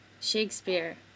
Shakespeare